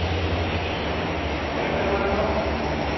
ᱟᱨ ᱢᱚᱬᱮ ᱥᱮᱨᱢᱟ ᱨᱮᱫᱚ